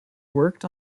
worked